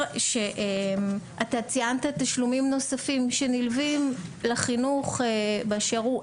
ציינת תשלומים נוספים שנלווים לחינוך באשר הוא.